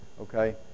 Okay